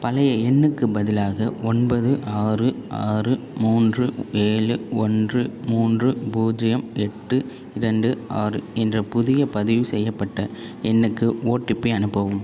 பழைய எண்ணுக்குப் பதிலாக ஒன்பது ஆறு ஆறு மூன்று ஏழு ஒன்று மூன்று பூஜ்ஜியம் எட்டு இரண்டு ஆறு என்ற புதிய பதிவுசெய்யப்பட்ட எண்ணுக்கு ஓடிபி அனுப்பவும்